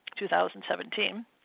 2017